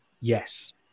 Yes